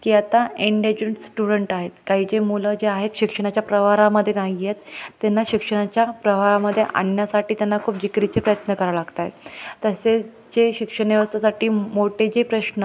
की आता इंडेजंट स्टुडंट आहेत काही जे मुलं जे आहेत शिक्षणाच्या प्रवाहामध्ये नाही आहेत त्यांना शिक्षणाच्या प्रवाहामध्ये आणण्यासाठी त्यांना खूप जिकीरीचे प्रयत्न करावे लागत आहेत तसेच जे शिक्षण व्यवस्थेसाठी मोठे जे प्रश्न आहेत